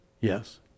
Yes